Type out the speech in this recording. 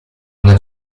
una